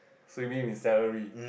so you beat him in salary